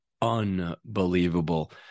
unbelievable